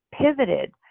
pivoted